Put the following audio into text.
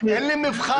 אבל אין לי מבחר.